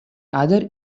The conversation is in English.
other